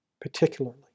particularly